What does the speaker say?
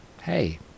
hey